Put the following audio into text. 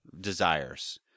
desires